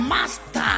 Master